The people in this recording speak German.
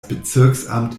bezirksamt